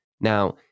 Now